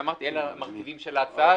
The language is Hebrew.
אלה המרכיבים של ההצעה